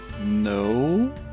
No